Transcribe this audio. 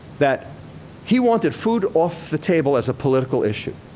that he wanted food off the table as a political issue.